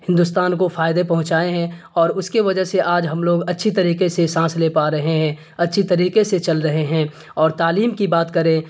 ہندوستان کو فائدے پہنچائے ہیں اور اس کے وجہ سے آج ہم لوگ اچھی طریقے سے سانس لے پا رہے ہیں اچھی طریقے سے چل رہے ہیں اور تعلیم کی بات کریں